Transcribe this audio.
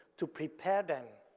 to prepare them,